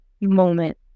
moment